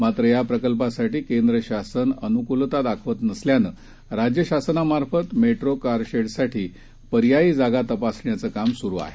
मात्रयाप्रकल्पासाठीकेंद्रशासनअनुकूलतादाखवतनसल्यानंराज्यशासनामार्फतमेट्रोकारशेडसाठीपर्यायीजागा तपासण्याचंकामसुरुआहे